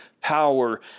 power